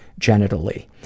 genitally